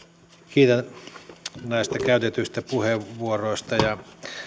kiitän näistä käytetyistä puheenvuoroista ja